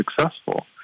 successful